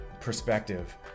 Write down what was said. perspective